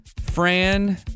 Fran